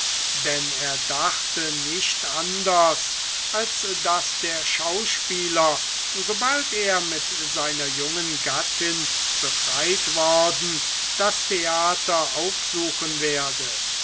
denn er dachte nicht anders als daß der schauspieler sobald er mit seiner jungen gattin befreit worden das theater aufsuchen werde